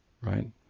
right